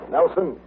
Nelson